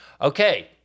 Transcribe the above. Okay